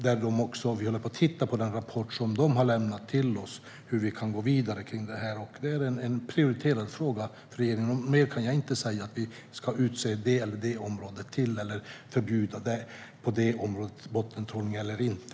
Vi håller på att titta på den rapport som har lämnats och ser hur vi kan gå vidare. Det är en prioriterad fråga för regeringen. Något mer kan jag inte säga när det gäller förbud mot bottentrålning.